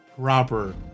proper